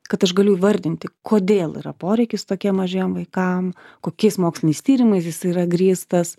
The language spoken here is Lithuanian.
kad aš galiu įvardinti kodėl yra poreikis tokiem mažiem vaikam kokiais moksliniais tyrimais jisai yra grįstas